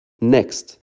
Next